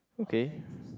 okay